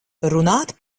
runāt